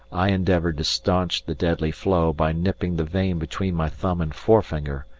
i endeavoured to staunch the deadly flow by nipping the vein between my thumb and forefinger,